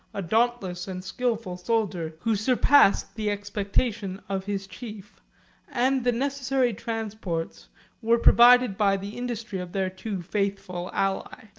a dauntless and skilful soldier, who surpassed the expectation of his chief and the necessary transports were provided by the industry of their too faithful ally.